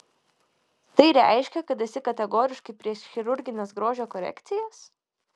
tai reiškia kad esi kategoriškai prieš chirurgines grožio korekcijas